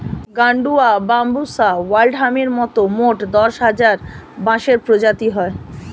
গাডুয়া, বাম্বুষা ওল্ড হামির মতন মোট দশ হাজার বাঁশের প্রজাতি হয়